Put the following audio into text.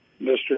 Mr